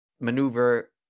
maneuver